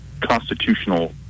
constitutional